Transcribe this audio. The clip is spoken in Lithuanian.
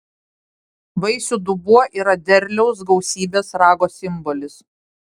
vaisių dubuo yra derliaus gausybės rago simbolis